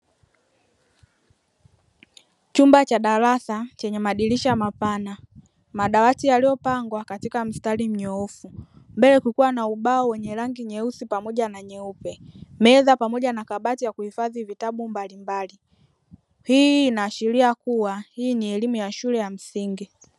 Chumba cha darasa chenye madirisha mapana, madawati yaliyopangwa katika mstari mnyoofu, mbele kukiwa na ubao wenye rangi nyeusi pamoja na nyeupe, meza pamoja na kabati la kuhifadhi vitabu mbalimbali, hii inaashiria kuwa hii ni elimu ya shule ya msingi.